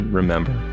remember